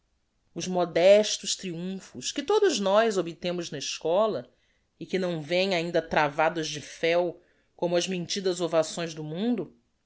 os modestos triumphos que todos nós obtemos na eschola e que não vêm ainda travados de fel como as mentidas ovações do mundo